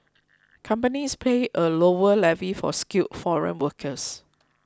companies pay a lower levy for skilled foreign workers